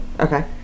Okay